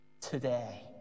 today